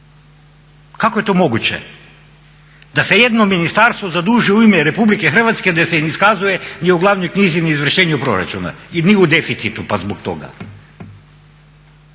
Kako je to moguće da se jedno ministarstvo zaduži u ime Republike Hrvatske, da se ne iskazuje ni u Glavnoj knjizi, ni u izvršenju proračuna i ni u deficitu pak zbog toga.